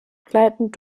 begleitend